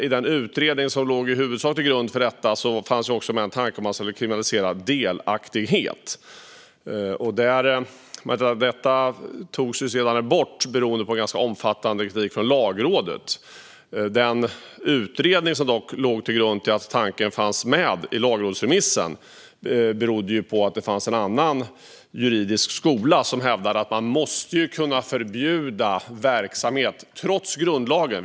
I den utredning som huvudsakligen låg till grund för detta fanns det också med en tanke om att kriminalisera delaktighet. Detta togs dock sedan bort, beroende på ganska omfattande kritik från Lagrådet. Att tanken fanns med i lagrådsremissen berodde på att det fanns en annan juridisk skola som hävdade att man måste kunna förbjuda verksamhet trots grundlagen.